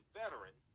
veteran